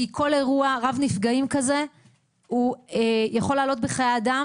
כי כל אירוע רב נפגעים כזה הוא יכול לעלות בחיי אדם